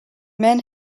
men